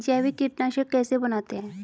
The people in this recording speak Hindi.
जैविक कीटनाशक कैसे बनाते हैं?